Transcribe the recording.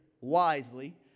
wisely